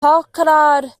palakkad